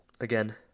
again